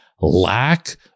lack